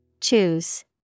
Choose